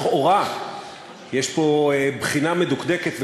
לכאורה יש פה בחינה מדוקדקת,